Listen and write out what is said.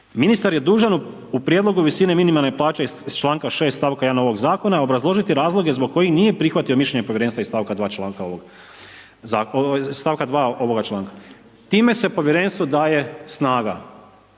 Ministar je dužan u prijedlogu visine minimalne plaće iz članka 6. stavka 1. ovog zakona obrazložiti razloge zbog kojih nije prihvatio mišljenje povjerenstva iz stavka 2. članka ovog zakona, stavka 2. ovoga članka. Time se povjerenstvu daje snaga